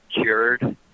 cured